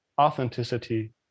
authenticity